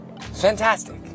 Fantastic